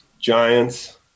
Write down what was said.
Giants